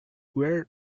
where